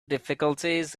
difficulties